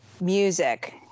Music